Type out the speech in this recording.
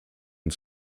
and